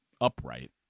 upright